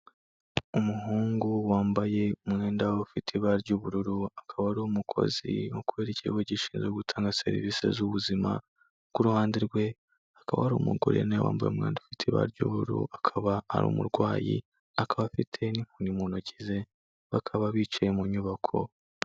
Umuhungu wambaye umwenda ufite ibara ry'ubururu akaba ari umukozi ukorera ikigo gishinzwe gutanga serivisi z'ubuzima, ku ruhande rwe hakaba hari umugore nawe wambaye umwenda ufite ibara ry'ubururu akaba ari umurwayi, akaba afite n'inkoni mu ntoki ze bakaba bicaye mu nyubako.